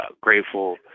grateful